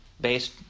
based